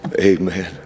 amen